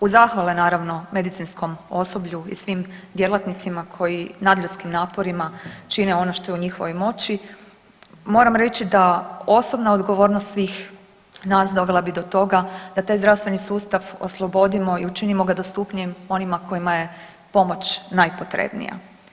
Uz zahvale naravno medicinskom osoblju i svim djelatnicima koji nadljudskim naporima čine ono što je u njihovoj moći moram reći da osobna odgovornost svih nas dovela bi do toga da taj zdravstveni sustav oslobodimo i učinimo ga dostupnijim onima kojima je pomoć najpotrebnija.